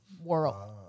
world